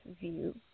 view